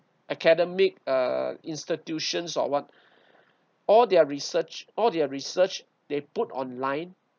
academic uh institutions or what all their research all their research they put online